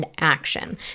action